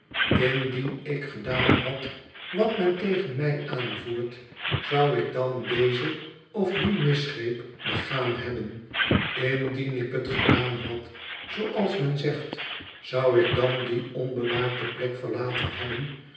indien ik gedaan had wat men tegen mij aanvoert zou ik dan dezen of dien misgreep begaan hebben indien ik het gedaan had zooals men zegt zou ik dan die onbewaakte plek verlaten hebben